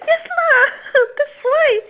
yes lor that's why